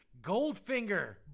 Goldfinger